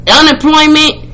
unemployment